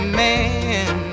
man